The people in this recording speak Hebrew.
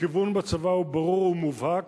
הכיוון בצבא הוא ברור ומובהק,